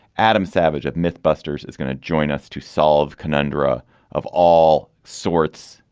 adam savage of mythbusters is going to join us to solve conundrum ah of all sorts,